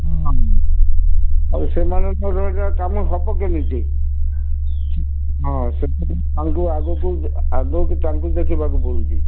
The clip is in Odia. ହଁ ଆଉ ସେମାନଙ୍କ କାମ ହବ କେମିତି ହଁ ସେ ତାଙ୍କୁ ଆଗକୁ ଆଗକୁ ତାଙ୍କୁ ଦେଖିବାକୁ ପଡ଼ୁଛି